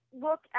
look